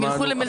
שמענו.